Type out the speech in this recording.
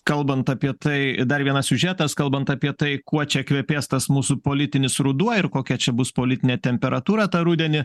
kalbant apie tai dar vienas siužetas kalbant apie tai kuo čia kvepės tas mūsų politinis ruduo ir kokia čia bus politinė temperatūra tą rudenį